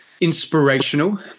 inspirational